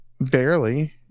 barely